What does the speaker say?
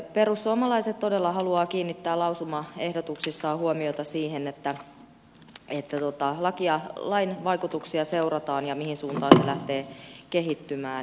perussuomalaiset todella haluaa kiinnittää lausumaehdotuksissaan huomiota siihen että lain vaikutuksia seurataan mihin suuntaan se lähtee kehittymään